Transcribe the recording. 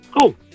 Cool